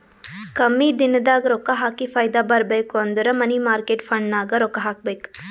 ಕಮ್ಮಿ ದಿನದಾಗ ರೊಕ್ಕಾ ಹಾಕಿ ಫೈದಾ ಬರ್ಬೇಕು ಅಂದುರ್ ಮನಿ ಮಾರ್ಕೇಟ್ ಫಂಡ್ನಾಗ್ ರೊಕ್ಕಾ ಹಾಕಬೇಕ್